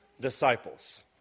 disciples